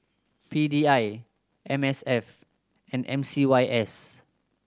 P D I M S F and M C Y S